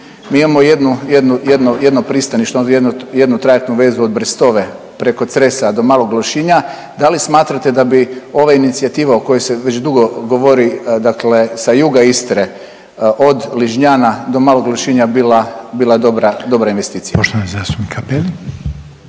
Mi imamo jedno pristanište, jednu trajektnu vezu od Brstove preko Cresa do Malog Lošinja, da li smatrate da bi ova inicijativa o kojoj se već dugo govori dakle sa Juga Istre od Ližnjanja do Malog Lošinja bila dobra investicija? **Reiner, Željko